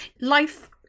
life